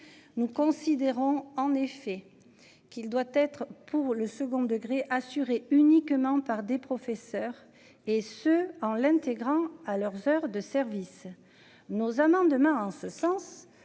Nous considérons en effet qu'il doit être pour le second degré assurée uniquement par des professeurs et ce en l'intégrant à leurs heures de service nos amendements en ce sens